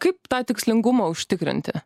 kaip tą tikslingumą užtikrinti